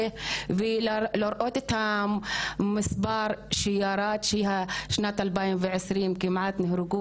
ולראות את המספר שירד בשנת 2020 כמעט נהרגו,